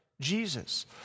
Jesus